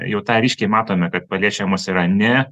jau tą ryškiai matome kad paliečiamos yra ne